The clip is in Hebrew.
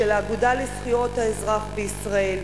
של האגודה לזכויות האזרח בישראל,